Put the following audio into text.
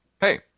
Hey